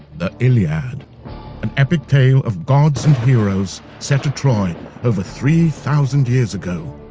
the iliad an epic tale of gods and heroes set at troy over three thousand years ago.